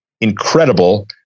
incredible